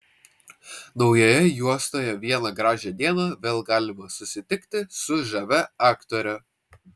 naujoje juostoje vieną gražią dieną vėl galima susitikti su žavia aktore